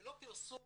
לא פרסום